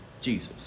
Jesus